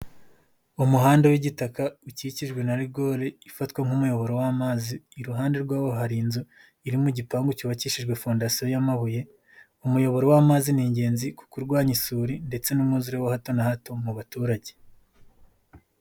Umuhanda w'igitaka ukikijwe na rigore ifatwa nk'umuyoboro w'amazi, iruhande rw'aho hari inzu irimo igipangu cyubakishijwe fondasiyo y'amabuye, umuyoboro w'amazi ni ingenzi kuko urwanya isuri ndetse n'umwuzure wa hato na hato mu baturage.